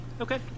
Okay